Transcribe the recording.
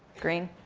green?